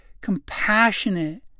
compassionate